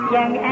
Young